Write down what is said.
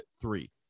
three